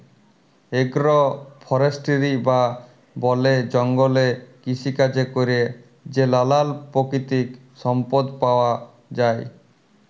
agro forestry বা বলে জঙ্গলে কৃষিকাজে ক্যরে যে লালাল পাকিতিক সম্পদ পাউয়া যায়